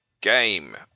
game